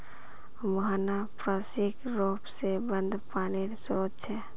मुहाना पार्श्विक र्रोप से बंद पानीर श्रोत छे